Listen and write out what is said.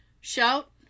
Shout